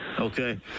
Okay